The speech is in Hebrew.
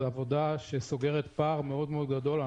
זאת עבודה שסוגרת פער מאוד גדול.